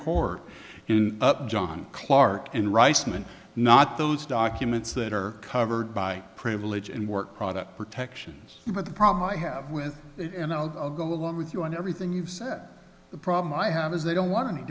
court up john clarke in reisman not those documents that are covered by privilege and work product protections but the problem i have with it and i'll go along with you on everything you've said the problem i have is they don't want any